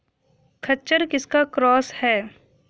खच्चर किसका क्रास है?